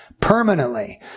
permanently